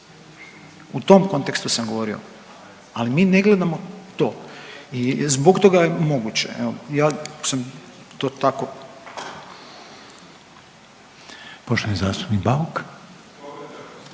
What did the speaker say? u tom kontekstu sam govorio. Ali mi ne gledamo to. I zbog toga je moguće, ja sam to tako. **Reiner, Željko